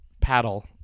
paddle